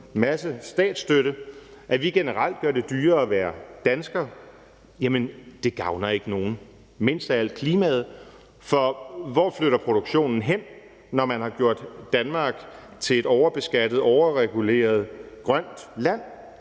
masse statsstøtte – og at vi generelt gør det dyrere at være dansker, gavner ikke nogen og mindst af alt klimaet. For hvor flytter produktionen hen, når man har gjort Danmark til et overbeskattet og overreguleret grønt land?